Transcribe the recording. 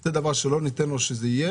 זה דבר שלא ניתן שיהיה.